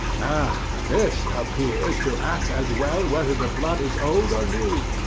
now, this appears to act as well whether the blood is old or new.